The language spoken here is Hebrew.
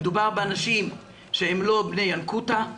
מדובר באנשים שהם לא בני ינקותה,